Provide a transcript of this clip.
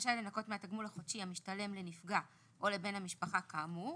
רשאי לנכות מהתגמול החודשי המשתלם לנפגע או לבן המשפחה כאמור,